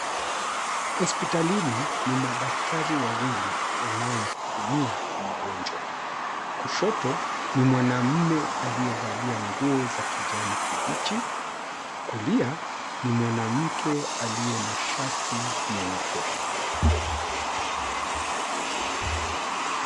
Hospitalini ni madaktari wawili wanaomhudumia mgonjwa. Kushoto ni mwanaume aliyevalia nguo za kijani kibichi, kulia ni mwanamke aliye na shati nyeupe.